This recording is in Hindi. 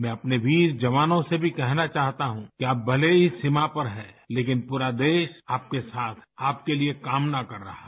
मैं अपने वीर जवानों से भी कहना चाहता हूँ कि आप भले ही सीमा पर हैं लेकिन पूरा देश आपके साथ है आपके लिए कामना कर रहा है